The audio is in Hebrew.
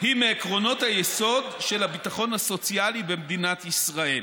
היא מעקרונות היסוד של הביטחון הסוציאלי במדינת ישראל.